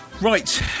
right